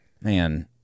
Man